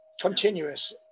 Continuous